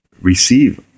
receive